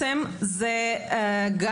זה גם